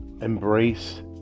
embrace